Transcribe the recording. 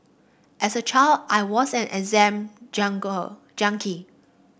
as a child I was an exam jungle junkie